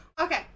Okay